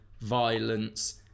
violence